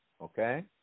okay